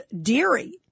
Deary